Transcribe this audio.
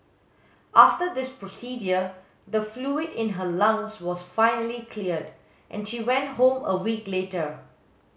after this procedure the fluid in her lungs was finally cleared and she went home a week later